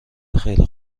خیلی